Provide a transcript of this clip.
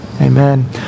Amen